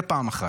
זה פעם אחת.